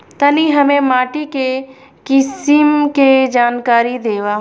तनि हमें माटी के किसीम के जानकारी देबा?